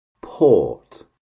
PORT